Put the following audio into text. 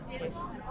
Yes